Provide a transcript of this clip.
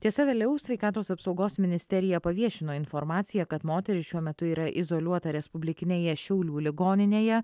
tiesa vėliau sveikatos apsaugos ministerija paviešino informaciją kad moteris šiuo metu yra izoliuota respublikinėje šiaulių ligoninėje